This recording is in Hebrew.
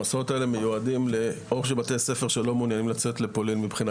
המסעות האלה מיועדים או לבתי ספר שלא מעוניינים לצאת לפולין מבחינה